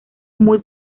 muy